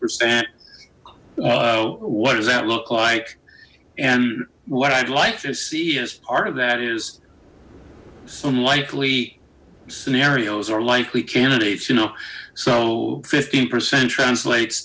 percent what does that look like and what i'd like to see is part of that is some likely scenarios or likely candidates you know so fifteen percent translates